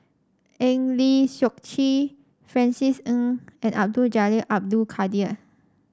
Eng Lee Seok Chee Francis Ng and Abdul Jalil Abdul Kadir